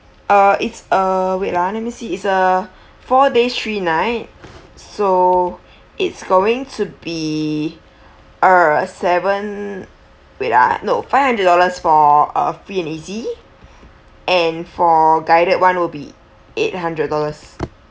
uh it's uh wait ah let me see it's a four days three night so it's going to be uh seven wait ah no five hundred dollars for uh free and easy and for guided [one] will be eight hundred dollars